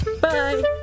Bye